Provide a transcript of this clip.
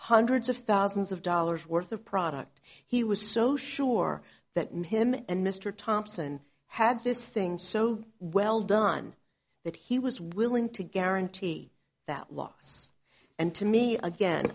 hundreds of thousands of dollars worth of product he was so sure that made him and mr thompson have this thing so well done that he was willing to guarantee that loss and to me again